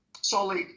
Solid